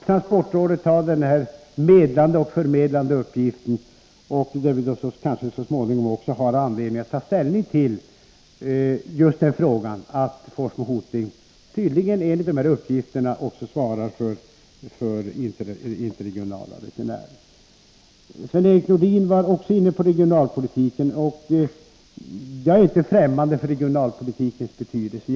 Transportrådet har en medlande och förmedlande uppgift och får kanske så småningom ta ställning till det förhållandet att Hoting-Forsmo-banan har interregionala resenärer. Sven-Erik Nordin var också inne på regionalpolitiken. Jag är inte främmande för dess betydelse.